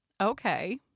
okay